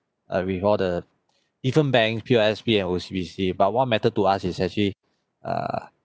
uh with all the even bank P_O_S_B and O_C_B_C but what matter to us is actually err